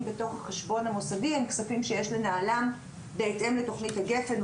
בתוך החשבון המוסדי הם כספים שיש לנהלם בהתאם לתכנית הגפ"ן,